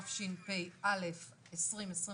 התשפ"א-2021.